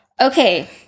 Okay